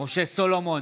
משה סולומון,